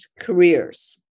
careers